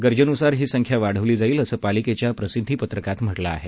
गरजेनुसार ही संख्या वाढवली जाईल असं पालिकेच्या प्रसिद्धीपत्रकात म्हटलं आहे